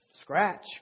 Scratch